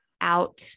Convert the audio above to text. out